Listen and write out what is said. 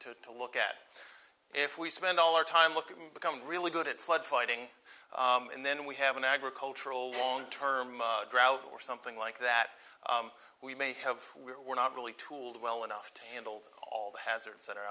do to look at if we spend all our time looking to become really good at flood fighting and then we have an agricultural long term drought or something like that we may have we were not really tooled well enough to handle all the hazards that are